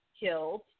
killed